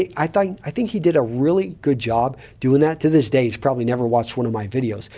i i think he did a really good job doing that. to this day, he's probably never watched one of my videos,